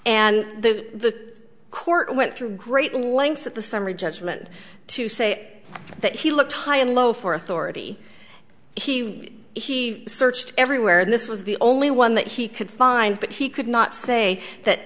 and the court went through great lengths that the summary judgment to say that he looked high and low for authority he he searched everywhere and this was the only one that he could find but he could not say that